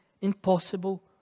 impossible